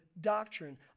doctrine